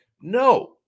no